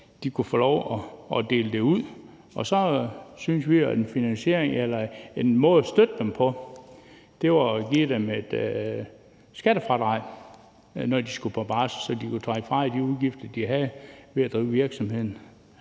det ud over en længere periode. Så synes vi jo, at en måde at støtte dem på var at give dem et skattefradrag, når de skulle på barsel, så de stadig væk kunne fradrage de udgifter, de havde ved at drive virksomheden,